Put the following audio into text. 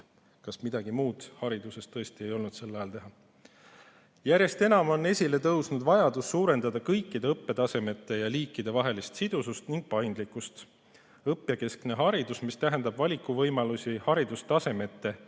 kas midagi muud hariduses tõesti ei olnud sel ajal teha. Järjest enam on esile tõusnud vajadus suurendada kõikide õppetasemete ja ‑liikide vahelist sidusust ning paindlikkust. Õppijakeskne haridus, mis tähendab valikuvõimalusi haridustasemete